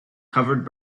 covered